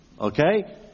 Okay